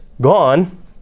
gone